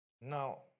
Now